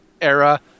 era